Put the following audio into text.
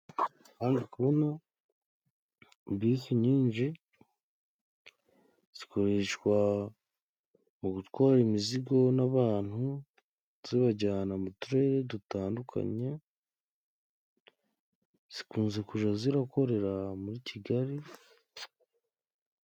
Hano ndi kubona bisi nyinshi zikoreshwa mu gutwara imizigo n'abantu, zibajyana mu turere dutandukanye. Zikunze kujya zirakorera muri kigali.